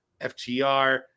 FTR